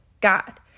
God